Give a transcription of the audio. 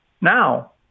now